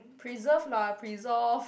preserve lah presolve